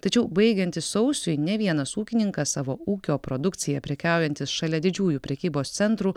tačiau baigiantis sausiui ne vienas ūkininkas savo ūkio produkcija prekiaujantis šalia didžiųjų prekybos centrų